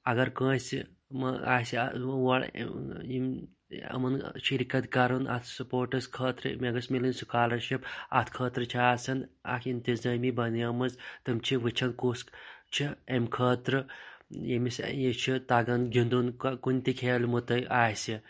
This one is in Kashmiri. اَگَر کٲنٛسہِ آسہِ ہا اور یم یِمَن شِرکَت کَرُن اَتھ سَپورٹَس خٲطرٕ مےٚ گَژھِ میلٔن سُکالَرشِپ اَتھ خٲطرٕ چھُ آسان اَکھ اِنتظٲمی بَنیٛاومٕژ تِم چھِ وُچھان کُس چھُ اَمہِ خٲطرٕ یٔمِس یہِ چھُ تَگان گِنٛدُن کُنہِ تہِ کھیلمُت آسہِ